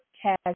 cash